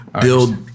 build